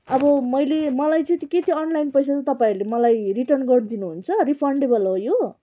अब मैले मलाई चाहिँ के त्यो अनलाइन पैसा चाहिँ तपाईँहरूले मलाई रिटर्न गरिदिनुहुन्छ रिफन्डेबल हो यो